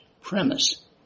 premise